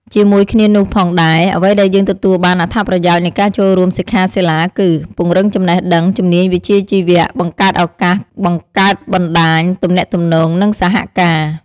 ជាមួយគ្នានោះផងដែរ អ្វីដែលយើងទទួលបានអត្ថប្រយោជន៍នៃការចូលរួមសិក្ខាសិលាគឺ ពង្រឹងចំណេះដឹង ជំនាញវិជ្ជាជីវៈ បង្កើតឱកាសបង្កើតបណ្តាញទំនាក់ទំនង និងសហការណ៍។